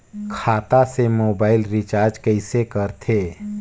खाता से mobile recharge कइसे करथे